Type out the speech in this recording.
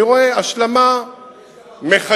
יש הרבה שלטים.